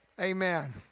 Amen